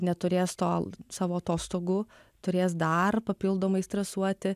neturės tol savo atostogų turės dar papildomai stresuoti